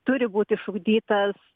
turi būt išugdytas